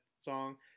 song